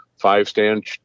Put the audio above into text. five-stand